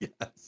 Yes